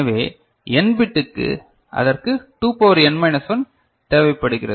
எனவே n பிட்டுக்கு அதற்கு 2 பவர் n மைனஸ் 1 தேவைப்படுகிறது